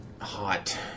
hot